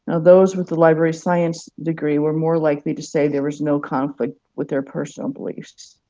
ah those with a library science degree were more likely to say there was no conflict with their personal beliefs.